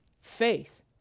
faith